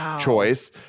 choice